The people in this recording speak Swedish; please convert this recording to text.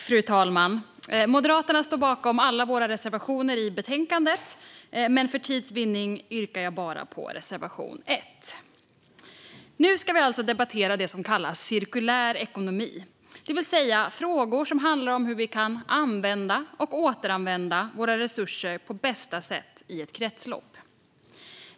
Fru talman! Vi i Moderaterna står bakom alla våra reservationer i betänkandet, men för tids vinnande yrkar jag bifall bara till reservation 1. Vi ska nu debattera det som kallas cirkulär ekonomi, det vill säga frågor som handlar om hur vi kan använda och återanvända våra resurser på bästa sätt i ett kretslopp.